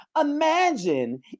Imagine